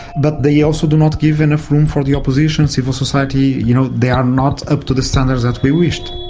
but they also do not give enough room for the opposition, civil society, you know, they are not up to the standards that we wished.